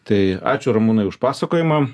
tai ačiū ramūnui už pasakojimą